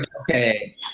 okay